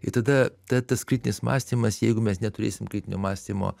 ir tada ta tas kritinis mąstymas jeigu mes neturėsim kritinio mąstymo